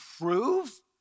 prove